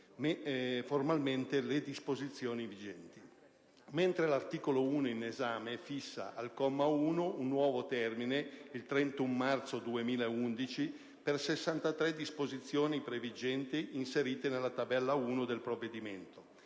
formalmente le disposizioni vigenti. Per contro, l'articolo 1 in esame fissa, al comma 1, un nuovo termine, il 31 marzo 2011, per 63 disposizioni previgenti inserite nella tabella 1 del provvedimento